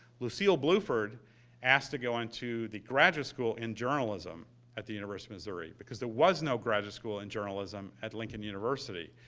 lucille bluford asked to go into the graduate school in journalism at the university of missouri, because there was no graduate school in journalism at lincoln university.